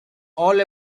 all